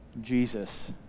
Jesus